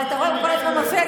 ואתה כל הזמן מפריע,